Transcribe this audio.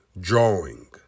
Drawing